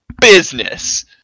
business